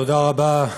תודה רבה,